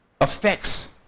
affects